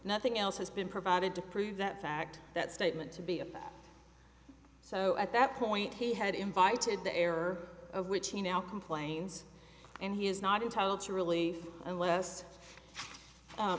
nothing else has been provided to prove that fact that statement to be about so at that point he had invited the error of which he now complains and he is not entitled to really unless